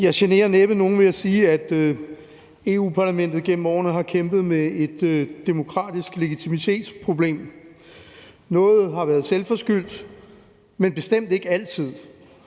nogen ved at sige, at Europa-Parlamentet gennem årene har kæmpet med et demokratisk legitimitetsproblem. Nogle gange har det været selvforskyldt, men bestemt ikke altid.